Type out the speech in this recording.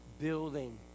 building